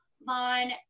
Vaughn